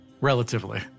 Relatively